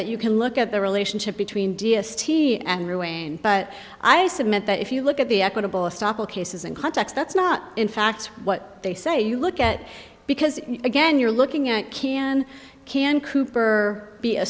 that you can look at the relationship between d s t and ruane but i submit that if you look at the equitable stoppel cases and contacts that's not in fact what they say you look at because again you're looking at can can cooper be